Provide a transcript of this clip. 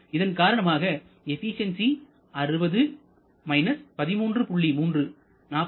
இதன் காரணமாக எபிசியன்சி 60 13